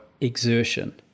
exertion